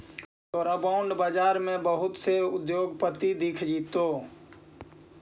तोरा बॉन्ड बाजार में बहुत से उद्योगपति दिख जतो